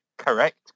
Correct